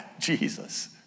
Jesus